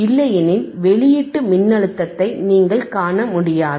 இல்லையெனில் வெளியீட்டு மின்னழுத்தத்தை நீங்கள் காண முடியாது